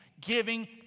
Giving